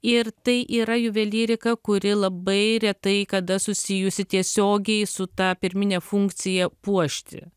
ir tai yra juvelyrika kuri labai retai kada susijusi tiesiogiai su ta pirmine funkcija puošti